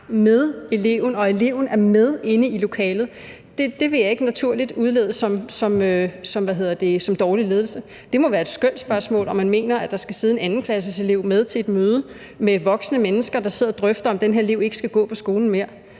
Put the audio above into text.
at eleven ikke også er med inde i lokalet, vil jeg ikke naturligt udlede som dårlig ledelse. Det må være et skønsspørgsmål, om man mener, at der skal sidde en 2.-klasseelev med til et møde med voksne mennesker, der sidder og drøfter, om den her elev ikke skal gå på skolen mere,